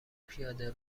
پیاده